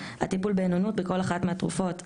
(4)הטיפול באין אונות בכל אחת מהתרופותSILDENAFIL,